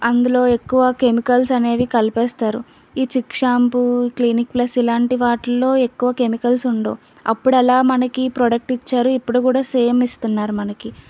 అందులో ఎక్కువ కెమికల్స్ అనేవి కలిపేస్తారు ఈ చిక్ షాంపూ క్లినిక్ ప్లస్ ఇలాంటి వాటిల్లో ఎక్కువ కెమికల్స్ ఉండవు అప్పుడు ఎలా మనకి ప్రోడక్ట్ ఇచ్చారు ఇప్పుడు కూడా మనకి సేమ్ ఇస్తున్నారు మనకి